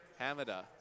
hamada